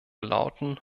lauten